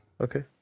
Okay